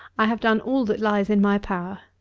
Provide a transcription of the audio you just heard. i have done all that lies in my power.